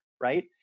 right